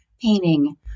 painting